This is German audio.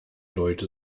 leute